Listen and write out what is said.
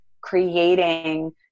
creating